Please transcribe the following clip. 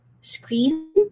screen